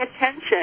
attention